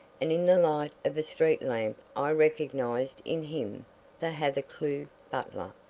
and in the light of a street lamp i recognized in him the hathercleugh butler.